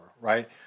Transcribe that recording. right